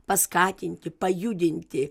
paskatinti pajudinti